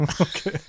Okay